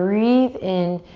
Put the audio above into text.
breathe in.